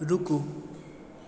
रुकू